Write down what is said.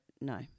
no